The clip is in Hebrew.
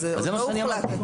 זה עוד לא הוחלט.